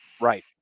Right